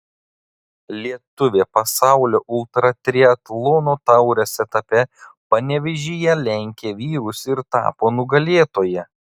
lietuvė pasaulio ultratriatlono taurės etape panevėžyje lenkė vyrus ir tapo nugalėtoja